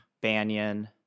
Banyan